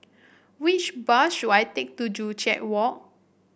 which bus should I take to Joo Chiat Walk